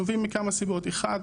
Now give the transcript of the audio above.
נובעים מכמה סיבות: אחד,